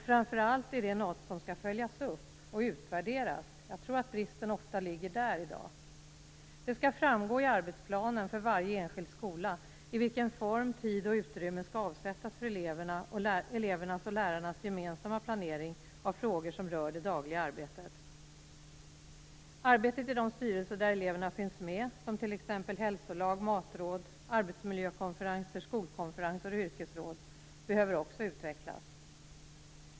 Framför allt är det något som skall följas upp och utvärderas. Jag tror att bristen i dag oftast ligger där. Det skall framgå i arbetsplanen för varje enskild skola i vilken form tid och utrymme skall avsättas för elevernas och lärarnas gemensamma planering i frågor som rör det dagliga arbetet. Arbetet i de styrelser där eleverna finns med, som t.ex. hälsolag, matråd, arbetsmiljökonferenser, skolkonferenser och yrkesråd behöver också utvecklas.